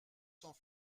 sans